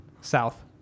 South